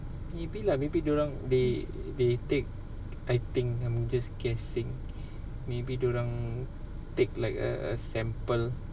maybe lah maybe dia orang they they take I think I'm just guessing maybe dia orang take like a a sample